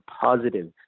positive